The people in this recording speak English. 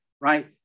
right